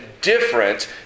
different